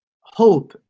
hope